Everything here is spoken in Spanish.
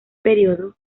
periodo